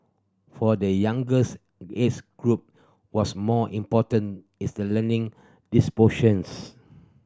for the youngers age group what's more important is the learning dispositions